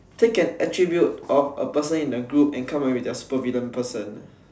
pick an attribute of a person in the group and come up with a super villain person